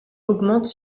augmente